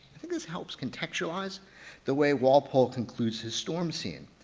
i think this helps contextualize the way walpole concludes his storm scene.